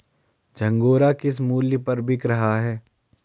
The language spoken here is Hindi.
झंगोरा किस मूल्य पर बिक रहा है?